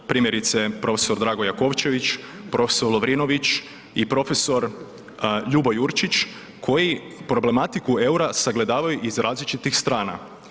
Primjerice, prof. Drago Jakovčević, prof. Lovrinović i prof. Ljubo Jurčić koji problematiku eura sagledavaju iz različitih strana.